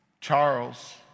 Charles